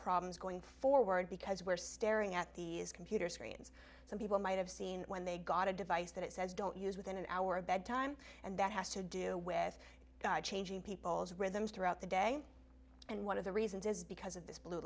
problems going forward because we're staring at these computer screens some people might have seen when they got a device that says don't use within an hour of bed time and that has to do with changing people's rhythms throughout the day and one of the reasons is because of this blue